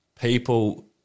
people